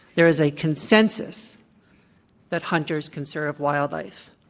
there is a consensus that hunters conserve wildlife.